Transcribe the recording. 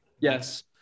Yes